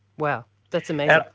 wow, that's amazing.